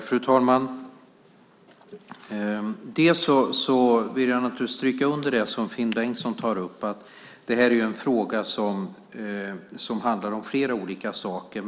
Fru talman! Jag vill stryka under det som Finn Bengtsson tar upp. Det här är en fråga som handlar om flera olika saker.